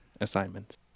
assignments